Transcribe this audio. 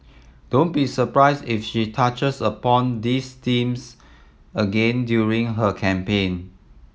don't be surprised if she touches upon these themes again during her campaign